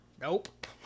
nope